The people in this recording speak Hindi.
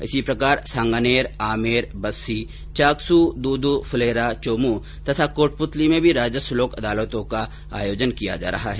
इसी प्रकार सांगानेर आमेर बस्सी चाकसू दूदू फुलेरा चौमूं तथा कोटप्रतली में भी राजस्व लोक अदालतों का आयोजन किया जा रहा है